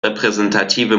repräsentative